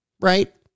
right